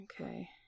Okay